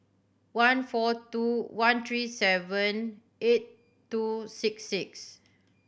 one four two one three seven eight two six six